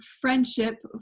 friendship